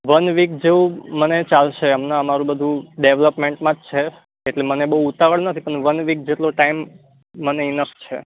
one week જેવું મને ચાલશે હમણાં અમારું બંધુ ડેવલપમેન્ટમાં જ છે એટલે મને બહુ ઉતાવળ નથી પણ વન વીક જેટલો ટાઈમ મને ઇનફ છે